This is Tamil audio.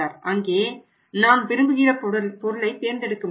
அங்கே நாம் விரும்புகிற பொருளை தேர்ந்தெடுக்க முடியும்